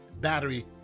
battery